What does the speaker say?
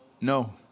No